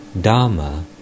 Dharma